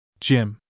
Jim